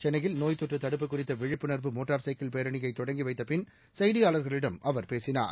சென்னையில் நோய் தொற்று தடுப்பு குறித்த விழிப்புணா்வு மோட்டார் சைக்கிள் பேரணியை தொடங்கி வைத்த பின் செய்தியாளர்களிடம் அவர் பேசினார்